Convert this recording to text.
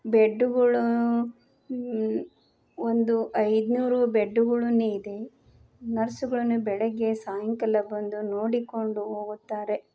ಬೆಡ್ಡುಗಳೂ ಒಂದು ಐದುನೂರು ಬೆಡ್ಡುಗಳೂನು ಇದೆ ನರ್ಸುಗಳನ್ನು ಬೆಳಗ್ಗೆ ಸಾಯಂಕಾಲ ಬಂದು ನೋಡಿಕೊಂಡು ಹೋಗುತ್ತಾರೆ